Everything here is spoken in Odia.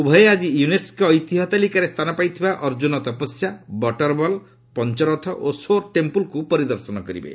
ଉଭୟେ ଆଜି ୟୁନେସ୍କୋ ଐତିହ୍ୟ ତାଲିକାରେ ସ୍ଥାନ ପାଇଥିବା ଅର୍ଜୁନ ତପସ୍ୟା ବଟରବଲ ପଞ୍ଚରଥ ଓ ସୋର୍ ଟେମ୍ପୁଲକୁ ପରିଦର୍ଶନ କରିବେ